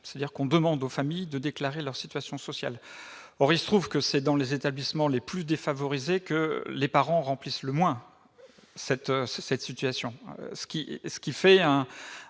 c'est-à-dire qu'on demande aux familles de déclarer leur situation sociale, or il se trouve que c'est dans les établissements les plus défavorisés que les parents remplissent le moins cette cette situation,